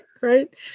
right